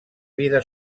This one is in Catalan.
vida